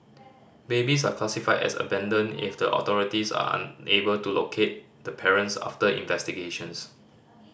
babies are classified as abandoned if the authorities are unable to locate the parents after investigations